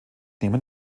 nehmen